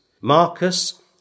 Marcus